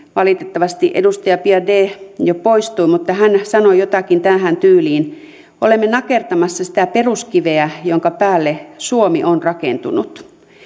valitettavasti edustaja biaudet jo poistui mutta hän sanoi jotakin tähän tyyliin olemme nakertamassa sitä peruskiveä jonka päälle suomi on rakentunut